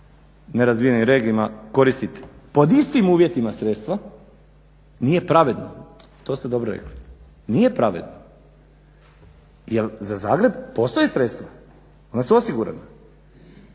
nerazvijenim regijama koristiti pod istim uvjetima sredstva nije pravedno. To ste dobro rekli. Nije pravedno. Jer za Zagreb postoje sredstva, ona su osigurana